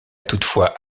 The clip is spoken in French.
toutefois